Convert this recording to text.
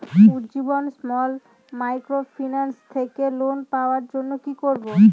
Ujjivan small microfinance থেকে loan পাওয়ার জন্য কি করব?